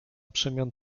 przemian